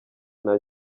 nta